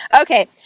Okay